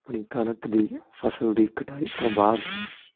ਆਪਣੀ ਕਣਕ ਦੀ ਫ਼ਸਲ ਦੀ ਕਟਾਈ ਤੋਂ ਬਾਅਦ